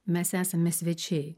mes esame svečiai